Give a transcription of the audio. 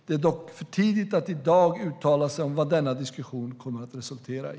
Det är dock för tidigt att i dag uttala sig om vad denna diskussion kommer att resultera i.